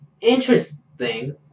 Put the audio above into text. interesting